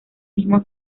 mismo